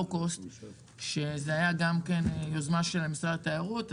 cost שגם היה יוזמה של משרד התיירות.